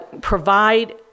provide